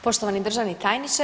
Poštovani državni tajniče.